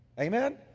Amen